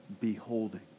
beholding